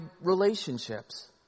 relationships